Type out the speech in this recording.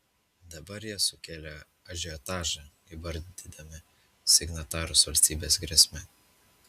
dabar jie sukėlė ažiotažą įvardydami signatarus valstybės grėsme